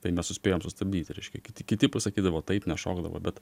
tai mes suspėjom sustabdyti reiškia kiti kiti pasakydavo taip nešokdavo bet